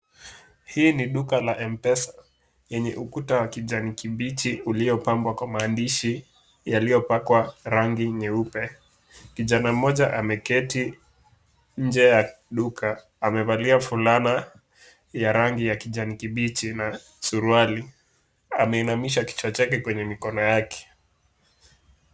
Hii ni duka la M-pesa lenye ukuta wa kijani kibichi uliopangwa kwa maandishi yaliyopakwa rangi nyeupe. Kijana mmoja ameketi nje ya duka. Amevalia fulana ya rangi ya kijani kibichi na suruali. Ameinamisha kichwa chake kwenye mikono yake.